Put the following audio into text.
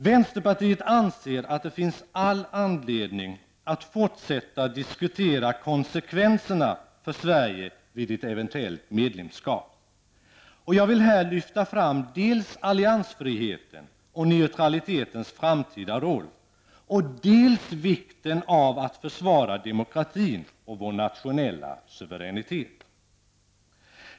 Vänsterpartiet anser att det finns all anledning att fortsätta diskutera konsekvenserna för Sverige vid ett eventuellt medlemskap. Jag vill här lyfta fram dels alliansfriheten och neutralitetens framtida roll, dels vikten av att försvara demokratin och vår nationella suveränitet.